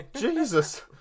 Jesus